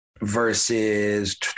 versus